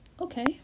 Okay